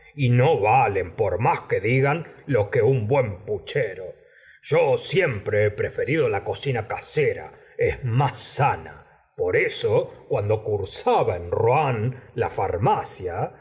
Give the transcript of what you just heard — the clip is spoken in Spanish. y no valen por más que digan lo que un buen puchero yo siempre he preferido la cocina casera es más sana por eso cuando cursaba en rouen la farmacia